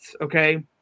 okay